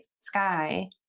sky